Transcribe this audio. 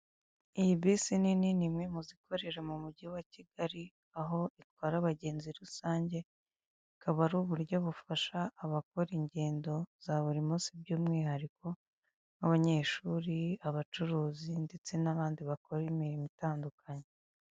Iyi bisi ni imwe muzikorera mu mujyi wa Kigali aho itwara abagenzi rusange bukaba ari uburyo bufasha mugukora ingendo za buri munsi by'umwihariko nk'abanyeshuri, abacuruzi ndetse n'abandi bakora imirimo itandukanye.